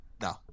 No